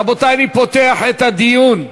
רבותי, אני פותח את הדיון.